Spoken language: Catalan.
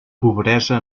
pobresa